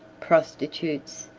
prostitutes,